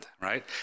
right